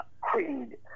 creed